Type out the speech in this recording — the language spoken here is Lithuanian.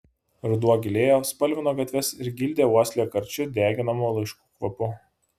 ruduo gilėjo spalvino gatves ir gildė uoslę karčiu deginamų laiškų kvapu